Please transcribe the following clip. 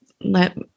let